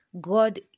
God